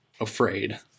afraid